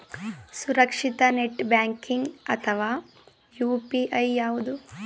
ಸುರಕ್ಷಿತ net banking ಅಥವಾ UPI ಯಾವುದು?